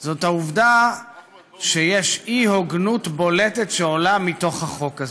זה העובדה שיש אי-הוגנות בולטת שעולה מתוך החוק הזה.